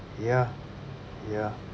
ya ya